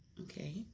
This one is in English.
okay